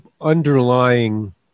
underlying